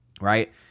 Right